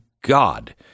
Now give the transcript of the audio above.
God